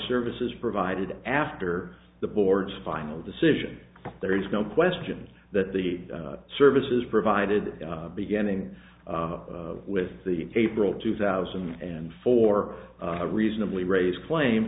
services provided after the board's final decision there is no question that the services provided beginning with the april two thousand and four reasonably raise claim